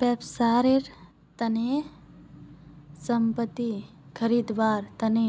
व्यापारेर तने संपत्ति खरीदवार तने